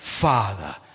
Father